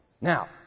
Now